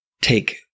take